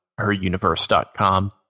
heruniverse.com